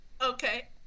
okay